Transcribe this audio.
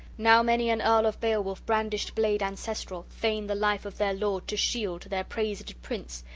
now many an earl of beowulf brandished blade ancestral, fain the life of their lord to shield, their praised prince,